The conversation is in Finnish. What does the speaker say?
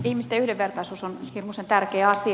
ihmisten yhdenvertaisuus on hirmuisen tärkeä asia